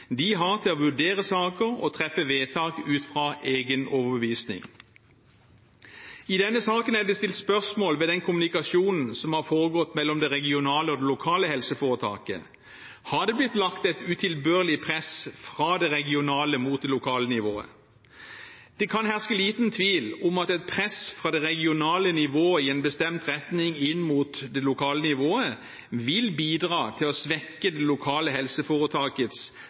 de har til å vurdere saker og treffe vedtak ut fra egen overbevisning. I denne saken er det stilt spørsmål ved den kommunikasjonen som har foregått mellom det regionale og det lokale helseforetaket. Har det blitt lagt et utilbørlig press fra det regionale mot det lokale nivået? Det kan herske liten tvil om at et press fra det regionale nivået i en bestemt retning inn mot det lokale nivået vil bidra til å svekke det lokale helseforetakets